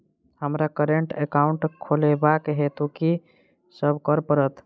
हमरा current account खोलेवाक हेतु की सब करऽ पड़त?